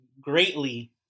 greatly